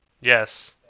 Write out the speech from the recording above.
Yes